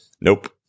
Nope